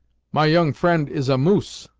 my young friend is a moose!